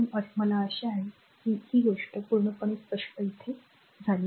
म्हणून मला आशा आहे की ही गोष्ट पूर्णपणे स्पष्ट आहे म्हणून मला हे साफ करू द्या